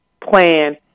plan